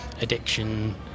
addiction